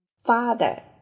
Father